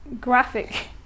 graphic